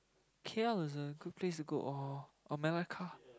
Kill is a good place to go or or Melaka